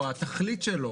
או התכלית שלו,